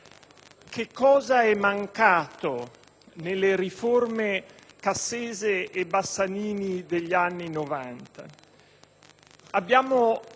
che cosa è mancato nelle riforme Cassese e Bassanini degli anni